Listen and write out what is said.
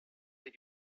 that